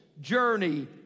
journey